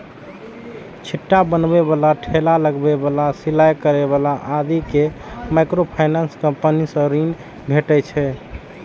छिट्टा बनबै बला, ठेला लगबै बला, सिलाइ करै बला आदि कें माइक्रोफाइनेंस कंपनी सं ऋण भेटै छै